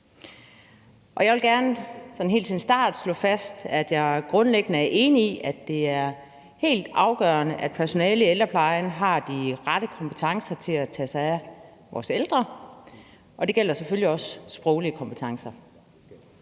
Jeg vil gerne helt til at starte med slå fast, at jeg grundlæggende er enig i, at det er helt afgørende, at personalet i ældreplejen har de rette kompetencer til at tage sig af vores ældre, og det gælder selvfølgelig også de sproglige kompetencer.